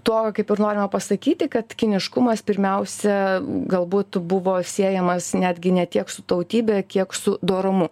tuo kaip ir norima pasakyti kad kiniškumas pirmiausia galbūt buvo siejamas netgi ne tiek su tautybe kiek su dorumu